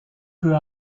peu